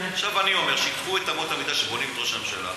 אני אומר שייקחו את אמות המידה שמודדים את ראש הממשלה,